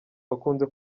bakunze